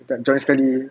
tak join sekali